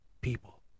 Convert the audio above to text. people